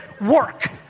work